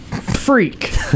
Freak